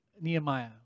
Nehemiah